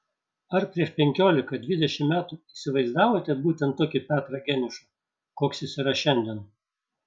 ar prieš penkiolika dvidešimt metų įsivaizdavote būtent tokį petrą geniušą koks jis yra šiandien